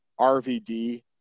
RVD